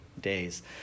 days